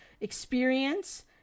Experience